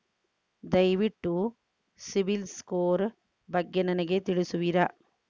ದಯವಿಟ್ಟು ಸಿಬಿಲ್ ಸ್ಕೋರ್ ಬಗ್ಗೆ ನನಗೆ ತಿಳಿಸುವಿರಾ?